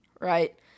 Right